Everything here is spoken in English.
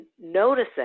noticing